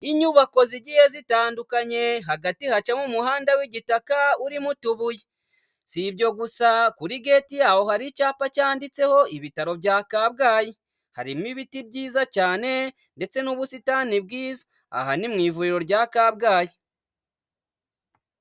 Inyubako zigiye zitandukanye, hagati hacamo umuhanda w'igitaka urimo utubuye. Si ibyo gusa kuri geti yaho hari icyapa cyanditseho ibitaro bya Kabgayi. Harimo ibiti byiza cyane ndetse n'ubusitani bwiza, aha ni mu ivuriro rya Kabgayi.